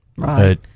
right